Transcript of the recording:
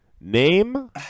name